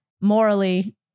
morally